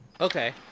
Okay